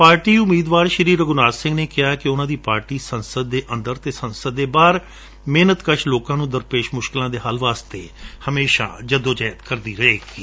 party ਉਮੀਦਵਾਰ ਰਘੁਨਾਬ ਸਿੰਘ ਨੇ ਕਿਹਾ ਕਿ ਉਨੂਾਂ ਦੀ ਪਾਰਟੀ ਸੰਸਦ ਦੇ ਅੰਦਰ ਅਤੇ ਸੰਸਦ ਦੇ ਬਾਹਰ ਮਿਹਨਤਕਸ਼ ਲੋਕਾ ਨੂੰ ਦਰਪੇਸ਼ ਮੁਸ਼ਕਲਾ ਦੇ ਹੱਲ ਲਈ ਜਦੋ ਜਹਿਦ ਕਰਦੀ ਰਹੇਗੀ